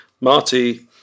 marty